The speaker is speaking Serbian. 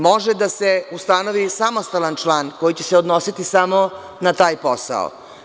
Može da se ustanovi samostalan član koji će se odnositi samo na taj posao.